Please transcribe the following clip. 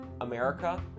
America